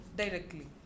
directly